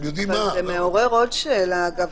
זה מעורר עוד שאלה, אגב.